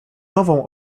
nową